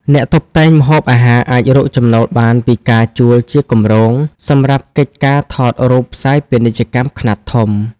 អ្នកតុបតែងម្ហូបអាហារអាចរកចំណូលបានពីការជួលជាគម្រោង សម្រាប់កិច្ចការថតរូបផ្សាយពាណិជ្ជកម្មខ្នាតធំ។